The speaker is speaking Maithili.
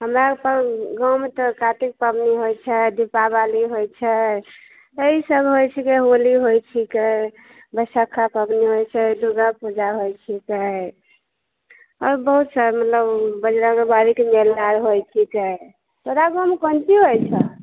हमरा आरके गाँवमे तऽ कातिक पाबनि होइ छै दीपावली होइ छै एहि सभ होइ छिकै होली होइ छिकै बैशखा पाबनि होइ छै दुर्गापूजा होइ छिकै आओर बहुत सा मतलब बजरङ्गबलीके मेला आर होइके छै तोरा गाँवमे कोन होइ छौ